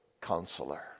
counselor